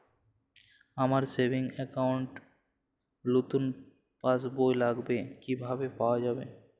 আমার savings account র নতুন পাসবই লাগবে, কিভাবে পাওয়া যাবে?